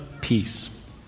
peace